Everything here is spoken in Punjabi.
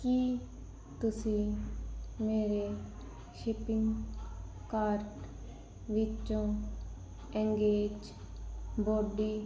ਕੀ ਤੁਸੀਂ ਮੇਰੇ ਸ਼ੋਪਿੰਗ ਕਾਰਟ ਵਿੱਚੋਂ ਐਂਗਗੇਜ ਬੋਡੀ